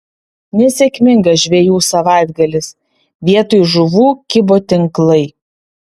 nesėkmingas žvejų savaitgalis vietoj žuvų kibo tinklai